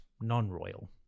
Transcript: non-royal